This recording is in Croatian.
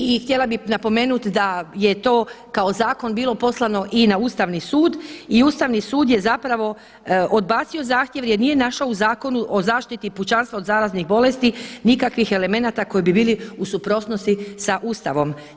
I htjela bih napomenuti da je to kao zakon bilo poslano i na Ustavni sud i Ustavni sud je zapravo odbacio zahtjev jer nije našao u Zakonu o zaštiti pučanstva od zaraznih bolesti nikakvih elemenata koji bi bili u suprotnosti sa Ustavom.